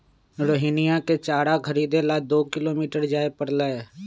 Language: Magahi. रोहिणीया के चारा खरीदे ला दो किलोमीटर जाय पड़लय